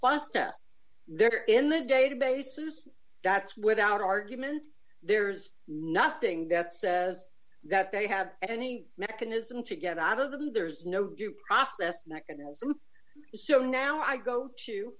test they're in the databases that's without argument there's nothing that says that they have any mechanism to get out of them there's no due process mechanism so now i go to